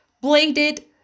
bladed